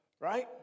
Right